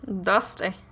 Dusty